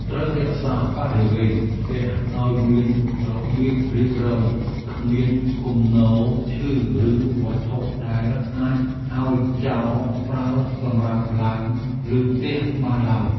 ត្រូវរក្សាបរិវេណផ្ទះឱ្យមានរបៀបរៀបរយគ្មានគំនរឈើឬវត្ថុដែលអាចឱ្យចោរប្រើសម្រាប់ឡើងលើផ្ទះបានឡើយ។